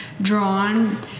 drawn